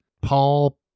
Paul